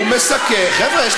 הוא לא שר, הוא מסכם את החוק.